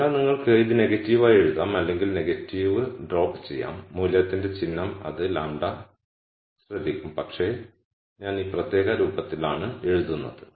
അതിനാൽ നിങ്ങൾക്ക് ഇത് നെഗറ്റീവ് ആയി എഴുതാം അല്ലെങ്കിൽ നെഗറ്റീവ് ഡ്രോപ്പ് ചെയ്യാം മൂല്യത്തിന്റെ ചിഹ്നം അത് λ ശ്രദ്ധിക്കും പക്ഷേ ഞാൻ ഈ പ്രത്യേക രൂപത്തിലാണ് എഴുതുന്നത്